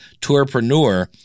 Tourpreneur